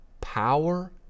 power